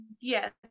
Yes